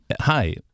hi